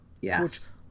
yes